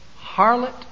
Harlot